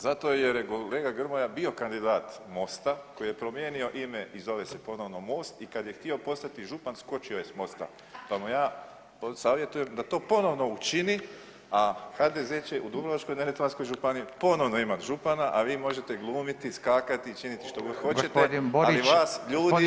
Zato jer je kolega Grmoja bio kandidat Mosta koji je promijenio ime i zove se ponovo Most i kada je htio postati župan skočio je s mosta pa mu ja savjetujem da to ponovno učini, a HDZ će u Dubrovačko-neretvanskoj županiji ponovo imati župana, a vi možete glumiti, skakati što god hoćete, ali vas ljudi